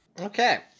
Okay